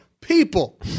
People